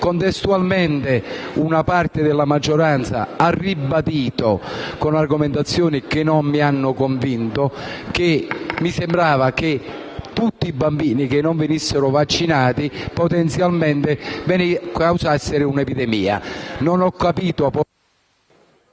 Contestualmente, una parte della maggioranza ha ribadito, con argomentazioni che non mi hanno convinto, che tutti i bambini non vaccinati potenzialmente potessero causare un'epidemia...